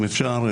אם אפשר,